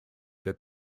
that